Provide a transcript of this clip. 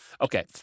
okay